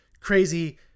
crazy